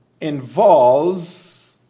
involves